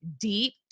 deep